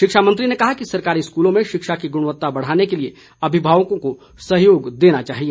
शिक्षा मंत्री ने कहा कि सरकारी स्कूलों में शिक्षा की गुणवत्ता बढ़ाने के लिए अभिभावकों को सहयोग देना चाहिए